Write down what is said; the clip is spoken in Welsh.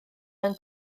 mewn